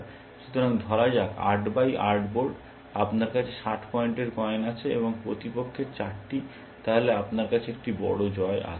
সুতরাং ধরা যাক আট বাই আট বোর্ড আপনার কাছে ষাট পয়েন্টের কয়েন আছে এবং প্রতিপক্ষর চারটি তাহলে আপনার কাছে একটি বড় জয় আছে